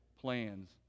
plans